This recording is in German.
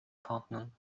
partnern